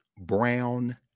Brown